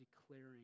declaring